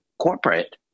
corporate